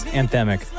anthemic